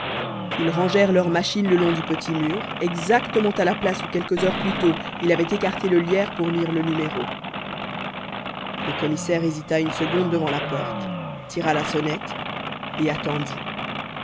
ils rangèrent tours machines le long du petit mur exactement à la place où quelques heures plus tôt il avait écarté le lierre pour lire le numéro le commissaire hésita une seconde devant la porte tira la sonnette et attendit